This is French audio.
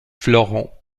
florent